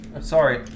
Sorry